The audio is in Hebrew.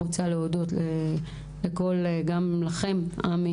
אני רוצה להודות גם לכם, עמי